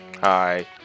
Hi